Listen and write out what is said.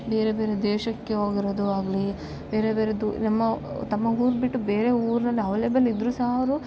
ಬೇರೆ ಬೇರೆ ದೇಶಕ್ಕೆ ಹೋಗಿರೋದು ಆಗಲಿ ಬೇರೆ ಬೇರೆದು ನಮ್ಮ ತಮ್ಮ ಊರುಬಿಟ್ಟು ಬೇರೆ ಊರನ್ನು ಹವಲೇಬಲ್ ಇದ್ರು ಸಹ ಅವರು